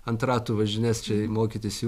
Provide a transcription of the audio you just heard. ant ratų važinės čia mokytis į